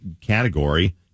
category